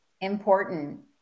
important